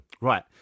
Right